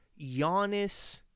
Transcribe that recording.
Giannis